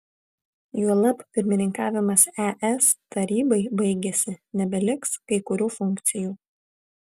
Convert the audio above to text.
juolab pirmininkavimas es tarybai baigėsi nebeliks kai kurių funkcijų